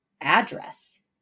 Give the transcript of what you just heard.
Address